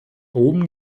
oben